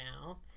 now